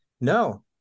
No